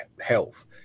health